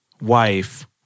wife